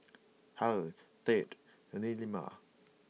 Hale Tate and Nehemiah